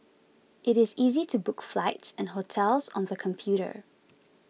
it is easy to book flights and hotels on the computer